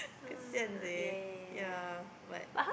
kesian seh ya but